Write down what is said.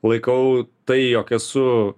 laikau tai jog esu